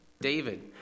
David